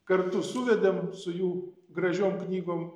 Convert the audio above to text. kartu suvedėm su jų gražiom knygom